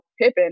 Pippen